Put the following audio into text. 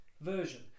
version